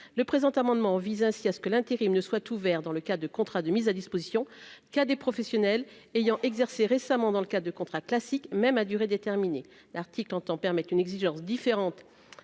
le présent amendement vise ainsi à ce que l'intérim ne soit ouvert dans le cas de contrat de mise à disposition, qu'à des professionnels ayant exercé récemment dans le cas de contrat classique même à durée déterminée, l'article entend permettre une exigence différentes